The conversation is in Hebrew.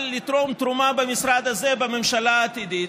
לתרום תרומה במשרד הזה בממשלה העתידית?